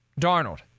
Darnold